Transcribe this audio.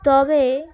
তবে